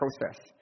process